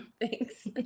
Thanks